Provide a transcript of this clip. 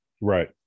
Right